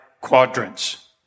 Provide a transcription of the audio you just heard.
quadrants